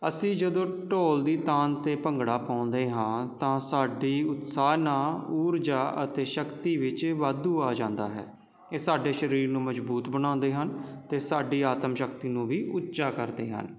ਅਸੀਂ ਜਦੋਂ ਢੋਲ ਦੀ ਤਾਂਘ ਅਤੇ ਭੰਗੜਾ ਪਾਉਂਦੇ ਹਾਂ ਤਾਂ ਸਾਡੀ ਉਤਸਾਹਨਾ ਊਰਜਾ ਅਤੇ ਸ਼ਕਤੀ ਵਿੱਚ ਵਾਧੂ ਆ ਜਾਂਦਾ ਹੈ ਇਹ ਸਾਡੇ ਸਰੀਰ ਨੂੰ ਮਜ਼ਬੂਤ ਬਣਾਉਂਦੇ ਹਨ ਅਤੇ ਸਾਡੀ ਆਤਮ ਸ਼ਕਤੀ ਨੂੰ ਵੀ ਉੱਚਾ ਕਰਦੇ ਹਨ